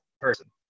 person